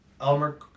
Elmer